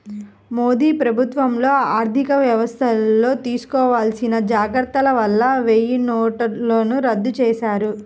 మోదీ ప్రభుత్వంలో ఆర్ధికవ్యవస్థల్లో తీసుకోవాల్సిన జాగర్తల వల్ల వెయ్యినోట్లను రద్దు చేశారు